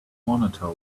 monitor